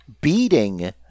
beating